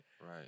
right